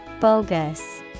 Bogus